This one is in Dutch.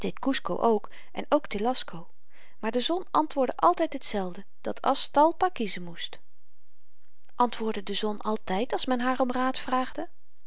ook en ook telasco maar de zon antwoordde altyd hetzelfde dat aztalpa kiezen moest antwoordde de zon altyd als men haar om raad vraagde